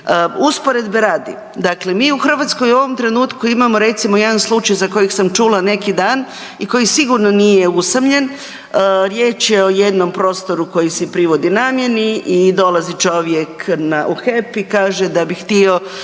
u Hrvatskoj u ovom trenutku imamo recimo jedan slučaj za kojeg sam čula neki dan i koji sigurno nije usamljen. Riječ je o jednom prostoru koji se privodi namjeni i dolazi čovjek u HEP i kaže da bi htio